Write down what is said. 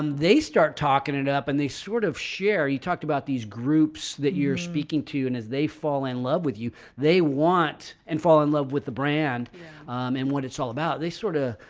um they start talking it up and they sort of share you talked about these groups that you're speaking to, and as they fall in love with you, they want and fall in love with the brand and what it's all about. they sort of,